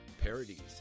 parodies